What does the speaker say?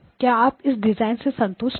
क्या आप इस डिजाइन से संतुष्ट हैं